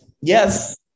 yes